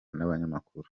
n’abanyamakuru